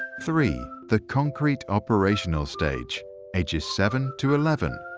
three the concrete operational stage age is seven to eleven.